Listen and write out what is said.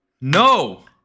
No